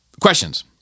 questions